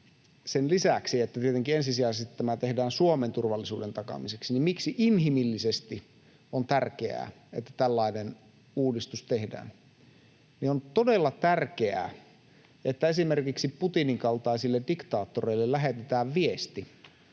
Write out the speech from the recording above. sen lisäksi, että tietenkin ensisijaisesti tämä tehdään Suomen turvallisuuden takaamiseksi — inhimillisesti on tärkeää, että tällainen uudistus tehdään. On todella tärkeää, että esimerkiksi Putinin kaltaisille diktaattoreille lähetetään viesti,